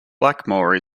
blackmore